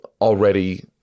already